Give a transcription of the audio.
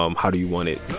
um how do u want it.